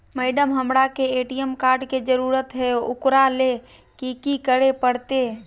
Madam, हमरा के ATM card के जरूरत है ऊकरा ले की की करे परते?